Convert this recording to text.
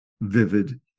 vivid